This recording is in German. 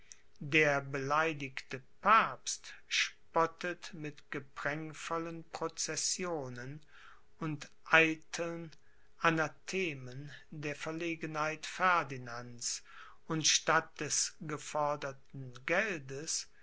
der beleidigte papst spottet mit geprängvollen processionen und eiteln anathemen der verlegenheit ferdinands und statt des geforderten geldes